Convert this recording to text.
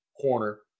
corner